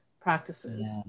practices